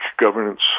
governance